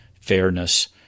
fairness